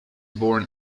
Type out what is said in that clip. born